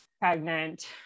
pregnant